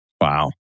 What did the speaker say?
Wow